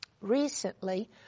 Recently